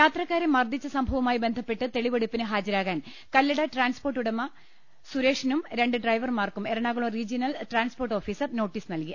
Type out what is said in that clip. യാത്രക്കാരെ മർദ്ദിച്ച് സംഭവവുമായി ബന്ധപ്പെട്ട് തെളിവെടു പ്പിന് ഹാജരാകാൻ കല്ലട ട്രാൻസ്പോർട്ട് ഉടമ സുരേഷിനും രണ്ട് ഡ്രൈവർമാർക്കും Ernakulam regional transport officer notice നൽകി